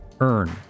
earn